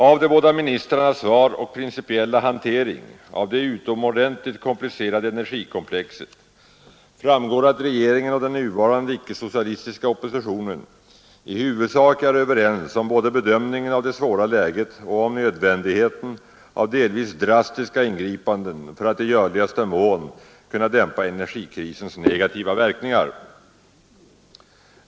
Av de båda ministrarnas svar och principiella hantering av det utomordentligt komplicerade energikomplexet framgår att regeringen och den nuvarande icke-socialistiska oppositionen i huvudsak är överens både om bedömningen av det svåra läget och om nödvändigheten av delvis drastiska ingripanden för att i görligaste mån dämpa energikrisens negativa verkningar.